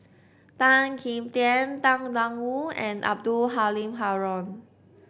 Tan Kim Tian Tang Da Wu and Abdul Halim Haron